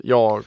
Jag